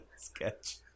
sketch